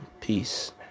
Peace